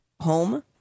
home